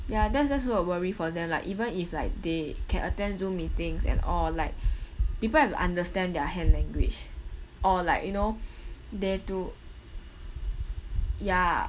ya that's that's what worry for them like even if like they can attend Zoom meetings and or like people have to understand their hand language or like you know they have to ya